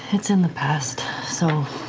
it's in the past, so